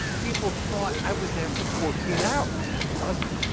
people thought i was there for fourteen hours. i wasn't.